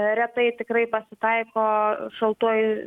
retai tikrai pasitaiko šaltuoju